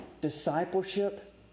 discipleship